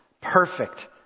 Perfect